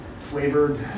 flavored